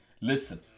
Listen